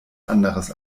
anderes